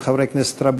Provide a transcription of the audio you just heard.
חברי הכנסת,